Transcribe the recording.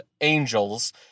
angels